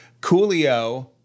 Coolio